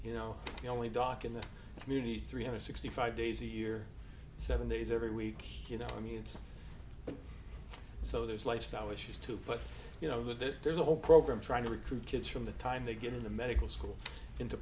you know the only doc in the community three hundred sixty five days a year seven days every week you know i mean it's so there's lifestyle issues too but you know that there's a whole program trying to recruit kids from the time they get into medical school into